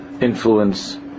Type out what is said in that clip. influence